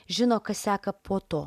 žino kas seka po to